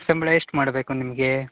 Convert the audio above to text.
ಸಂಬಳ ಎಷ್ಟು ಮಾಡಬೇಕು ನಿಮಗೆ